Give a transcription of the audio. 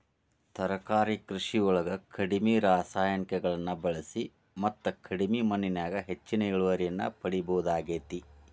ತರಕಾರಿ ಕೃಷಿಯೊಳಗ ಕಡಿಮಿ ರಾಸಾಯನಿಕಗಳನ್ನ ಬಳಿಸಿ ಮತ್ತ ಕಡಿಮಿ ಮಣ್ಣಿನ್ಯಾಗ ಹೆಚ್ಚಿನ ಇಳುವರಿಯನ್ನ ಪಡಿಬೋದಾಗೇತಿ